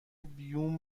بیوم